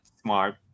smart